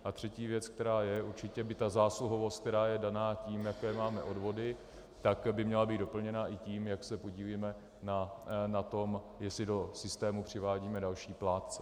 A třetí věc, která je, určitě by zásluhovost, která je daná tím, jaké máme odvody, měla být doplněna také tím, jak se podílíme na tom, jestli do systému přivádíme další plátce.